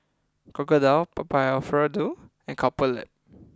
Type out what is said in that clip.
Crocodile Papa Alfredo and Couple Lab